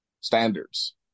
standards